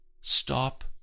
stop